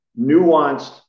nuanced